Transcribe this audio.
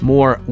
More